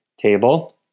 table